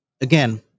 again